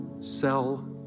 Sell